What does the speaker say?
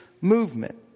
movement